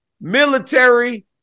military